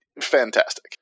fantastic